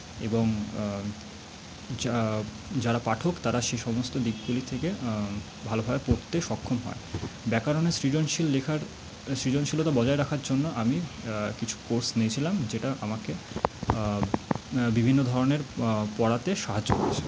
এবং যা যারা পাঠক তারা সে সমস্ত দিকগুলি থেকে ভালোভাবে পড়তে সক্ষম হয় ব্যাকারণের সৃজনশীল লেখার সৃজনশীলতা বজায় রাখার জন্য আমি কিছু কোর্স নিয়েছিলাম যেটা আমাকে বিভিন্ন ধরণের পড়াতে সাহায্য করেছে